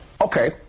Okay